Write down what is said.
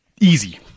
easy